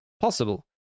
Possible